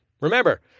Remember